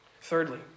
Thirdly